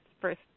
first